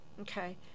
Okay